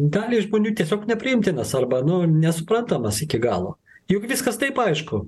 daliai žmonių tiesiog nepriimtinas arba nu nesuprantamas iki galo juk viskas taip aišku